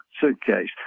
suitcase